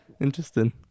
interesting